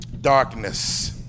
darkness